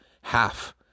half